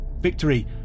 Victory